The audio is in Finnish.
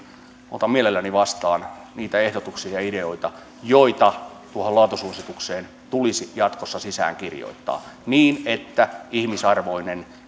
otan mielelläni vastaan niitä ehdotuksia ja ideoita joita tuohon laatusuositukseen tulisi jatkossa sisään kirjoittaa niin että ihmisarvoinen